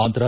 Andhra